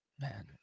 Man